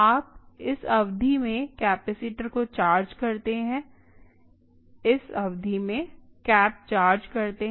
आप इस अवधि में कैपेसिटर को चार्ज करते हैं इस अवधि में कैप चार्ज करते हैं